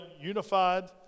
unified